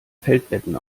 feldbetten